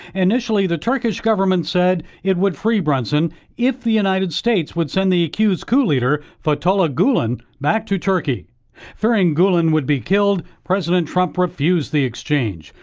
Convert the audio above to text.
initially the turkish government said it would free brunson if the united states would send the queues coup leader fetullah gulen back to turkey for and england would be killed president trump refused the exchange.